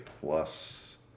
plus